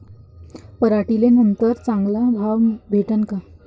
पराटीले नंतर चांगला भाव भेटीन का?